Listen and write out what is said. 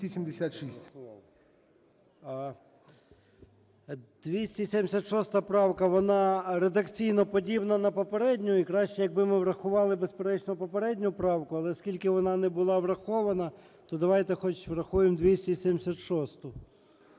276 правка, вона редакційно подібна на попередню. І краще, якби ми врахували безперечно попередню правку. Але оскільки вона не була врахована, то давайте хоч врахуємо 276-у.